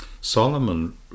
solomon